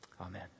Amen